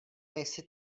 nejsi